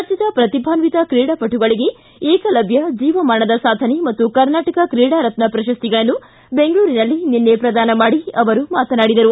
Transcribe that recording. ರಾಜ್ಯದ ಪ್ರತಿಭಾನ್ವಿತ ಕ್ರೀಡಾಪಟುಗಳಿಗೆ ಏಕಲವ್ಯ ಜೀವಮಾನದ ಸಾಧನೆ ಮತ್ತು ಕರ್ನಾಟಕ ಕ್ರೀಡಾ ರತ್ನ ಪ್ರಶಸ್ತಿಗಳನ್ನು ಬೆಂಗಳೂರಿನಲ್ಲಿ ನಿನ್ನೆ ಪ್ರದಾನ ಮಾಡಿ ಅವರು ಮಾತನಾಡಿದರು